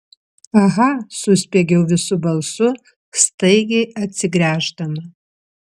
aha suspiegiau visu balsu staigiai atsigręždama